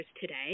today